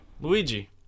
Luigi